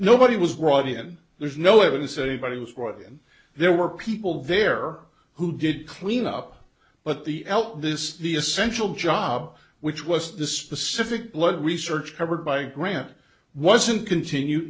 nobody was brought in there's no evidence anybody was rotten there were people there who did clean up but the l this the essential job which was the specific blood research covered by a grant wasn't continue